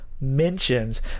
mentions